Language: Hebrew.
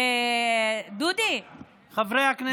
חברי הכנסת.